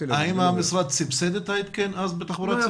האם המשרד סבסד את ההתקן אז בתחבורה הציבורית?